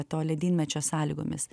to ledynmečio sąlygomis